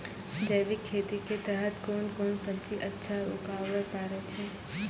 जैविक खेती के तहत कोंन कोंन सब्जी अच्छा उगावय पारे छिय?